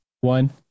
one